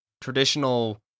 traditional